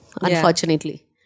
unfortunately